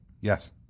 Yes